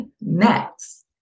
Next